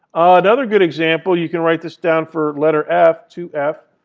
another good example, you can write this down for letter f, two f,